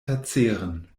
verzehren